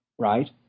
right